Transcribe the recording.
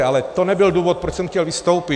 Ale to nebyl důvod, proč jsem chtěl vystoupit.